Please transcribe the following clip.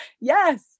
yes